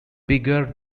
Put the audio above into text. bigger